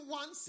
one